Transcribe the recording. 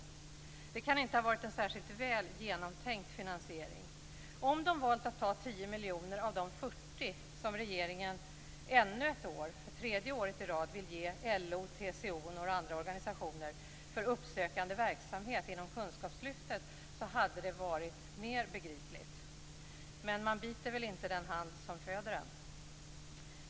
Det kan inte ha varit en särskilt väl genomtänkt finansiering. Om de valt att ta 10 miljoner av de 40 som regeringen ännu ett år - det tredje året i rad - vill ge LO, TCO och några andra organisationer för uppsökande verksamhet inom kunskapslyftet hade det varit mer begripligt. Men man biter väl inte den hand som föder en.